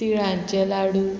तिळांचे लाडू